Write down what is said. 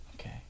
Okay